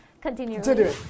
continue